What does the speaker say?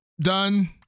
done